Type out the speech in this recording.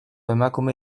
emakume